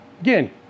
again